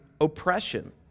oppression